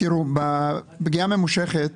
בפגיעה ממושכת